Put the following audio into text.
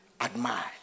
admire